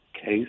case